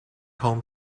home